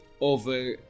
over